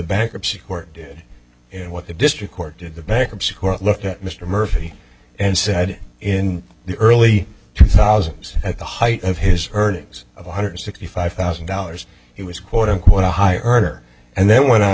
bankruptcy court did and what the district court did the bankruptcy court looked at mr murphy and said in the early two thousand at the height of his earnings of one hundred sixty five thousand dollars he was quote unquote a high earner and then went on